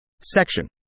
Section